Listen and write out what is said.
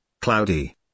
cloudy